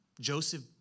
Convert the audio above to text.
Joseph